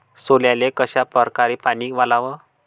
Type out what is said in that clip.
सोल्याले कशा परकारे पानी वलाव?